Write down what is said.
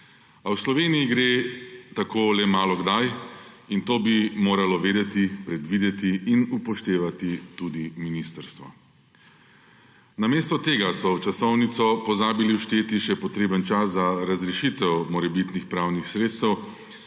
A v Sloveniji gre tako le malokdaj, in to bi moralo vedeti, predvideti in upoštevati tudi ministrstvo. Namesto tega so v časovnico pozabili všteti še potreben čas za razrešitev morebitnih pravnih sredstev,